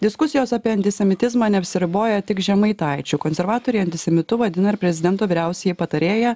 diskusijos apie antisemitizmą neapsiriboja tik žemaitaičiu konservatoriai antisemitu vadina ir prezidento vyriausiąjį patarėją